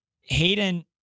Hayden